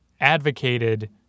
advocated